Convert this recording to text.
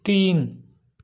तीन